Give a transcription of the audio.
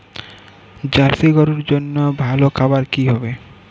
Jersey গরুর জন্য ভালো খাবার কি হবে?